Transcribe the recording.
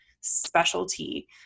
specialty